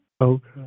Okay